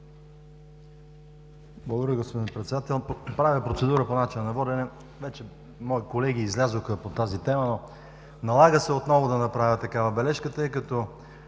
Уважаеми господин Председател, правя процедура по начина на водене. Мои колеги излязоха по тази тема, но се налага отново да направя такава бележка,